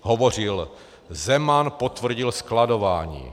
Hovořil: Zeman potvrdil skladování.